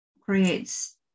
creates